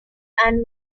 and